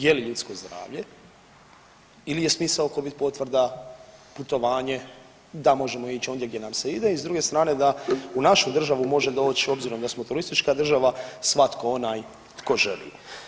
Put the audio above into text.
Je li ljudsko zdravlje ili je smisao Covid potvrda putovanje, da možemo ići ondje gdje nam se ide i s druge strane, da u našu državu može doći, obzirom da smo turistička država, svatko onaj tko želi.